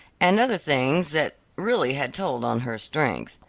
and other things that really had told on her strength.